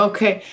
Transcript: Okay